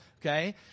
okay